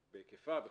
בהיקפה.